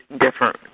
different